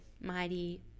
mighty